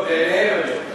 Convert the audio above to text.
לא, בעיניהם אני אומר.